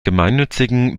gemeinnützigen